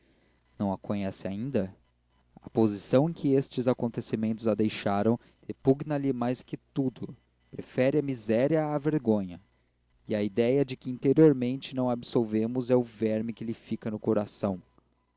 não a conhece ainda a posição em que estes acontecimentos a deixaram repugna lhe mais que tudo prefere a miséria à vergonha e a idéia de que interiormente não a absolvemos é o verme que lhe fica no coração